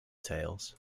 tales